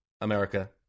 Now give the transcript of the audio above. America